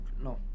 no